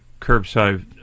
curbside